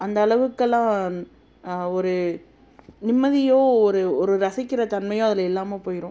அந்தளவுக்கெல்லாம் ஒரு நிம்மதியோ ஒரு ஒரு ரசிக்கிறத்தன்மையோ அதில் இல்லாமல் போயிடும்